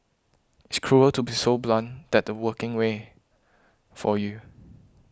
it's cruel to be so blunt that the working way for you